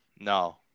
no